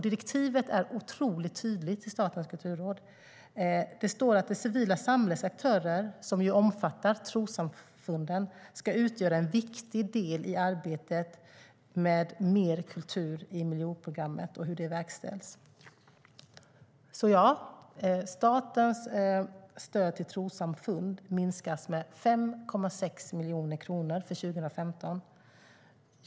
Direktivet till Statens kulturråd är otroligt tydligt. Det står att det civila samhällets aktörer, som ju omfattar trossamfunden, ska utgöra en viktig del i arbetet med mer kultur i miljonprogrammet och hur det verkställs. Ja, statens stöd till trossamfund minskas med 5,6 miljoner kronor för 2015.